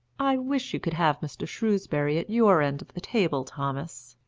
i wish you could have mr. shrewsbury at your end of the table, thomas,